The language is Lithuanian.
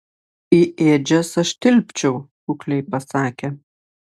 į ėdžias aš tilpčiau kukliai pasakė